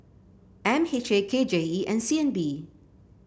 M H A K J E and C N B